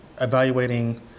evaluating